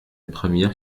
première